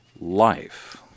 life